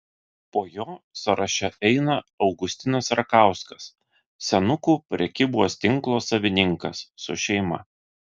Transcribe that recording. po jo sąraše eina augustinas rakauskas senukų prekybos tinko savininkas su šeima